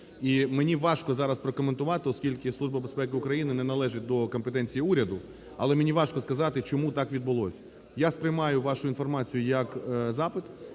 І мені важко зараз прокоментувати, оскільки Служба безпеки України не належить до компетенції уряду. Але мені важко сказати, чому так відбулося. Я сприймаю вашу інформацію як запит,